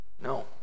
no